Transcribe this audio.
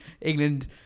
England